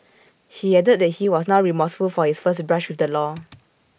he added that he was now remorseful for his first brush with the law